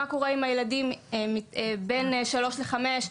מה קורה עם הילדים בין 5-3,